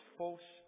false